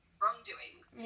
wrongdoings